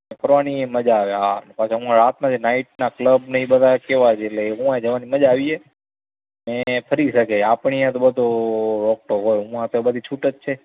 અને ફરવાની એ મજા આવે હા અને પાછા ઉંઆ રાતના જે નાઈટના ક્લબને ઈ બધા કેવા છે એટલે ઉંવા જવાની મજા આવી જાય ને ફરી શકે આપણી અહીયા તો બધી રોક ટોક હોય ઉંઆ તો બધી છૂટ જ છે